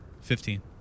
Fifteen